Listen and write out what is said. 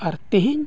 ᱟᱨ ᱛᱮᱦᱮᱧ